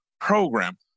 program